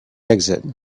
exit